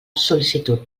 sol·licitud